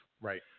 Right